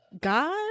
God